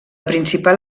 principal